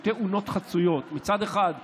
בשתי אונות חצויות: מצד אחד,